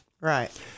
Right